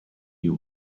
you